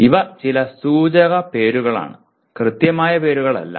ഇവ ചില സൂചക പേരുകളാണ് കൃത്യമായ പേരുകളല്ല